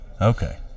Okay